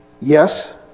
Yes